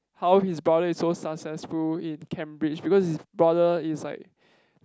how his brother is so successful in Cambridge because his brother is like